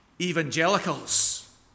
evangelicals